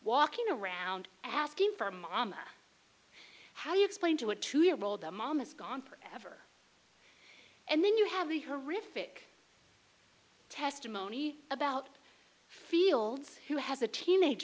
walking around asking for mama how do you explain to a two year old the mom is gone forever and then you have a horrific testimony about fields who has a teenage